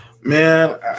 Man